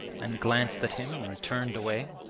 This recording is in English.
and glanced at him and turned away.